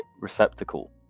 receptacle